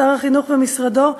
שר החינוך ומשרדו,